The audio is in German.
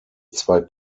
zwei